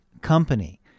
company